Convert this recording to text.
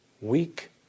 weak